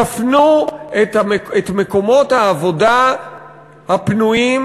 תפנו את מקומות העבודה הפנויים,